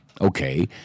okay